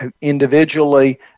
individually